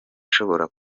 ishobora